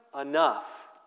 enough